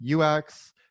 UX